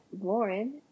lauren